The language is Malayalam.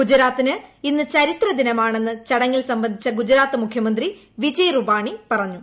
ഗുജറാത്തിന് ഇന്ന് ചരിത്ര ദിനമാണെന്ന് ചടങ്ങിൽ സംബന്ധിച്ച ഗുജറാത്ത് മുഖ്യമന്ത്രി വിജയ് റുപാണി പറഞ്ഞു